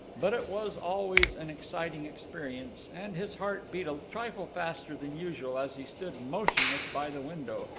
but it was always an exciting experience and his heart beat a trifle faster than usual as he stood motionless by the window,